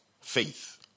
faith